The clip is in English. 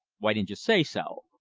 why didn't you say so?